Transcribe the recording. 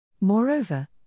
Moreover